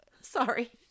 sorry